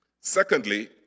secondly